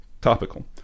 topical